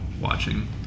watching